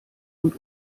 und